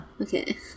Okay